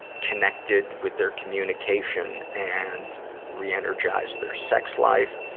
reconnected with their communication and re-energized their sex life.